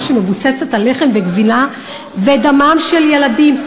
שמבוססת על לחם וגבינה ודמם של ילדים?